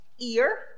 ear